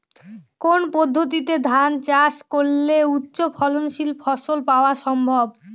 কোন পদ্ধতিতে ধান চাষ করলে উচ্চফলনশীল ফসল পাওয়া সম্ভব?